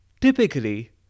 Typically